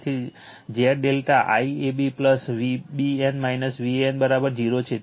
તેથી Z∆ IAB Vbn Van 0 છે